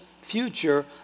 future